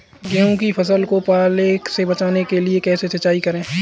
गेहूँ की फसल को पाले से बचाने के लिए कैसे सिंचाई करें?